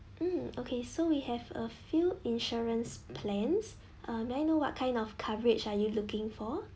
um okay so we have a few insurance plans um may I know what kind of coverage are you looking for